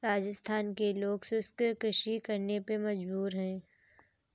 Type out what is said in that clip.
राजस्थान के लोग शुष्क कृषि करने पे मजबूर हैं